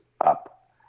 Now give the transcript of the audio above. up